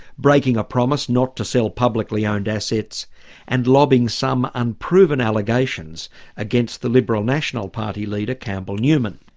breaking a promise not to sell publicly owned assets and lobbying some unproven allegations against the liberal national party leader campbell newman.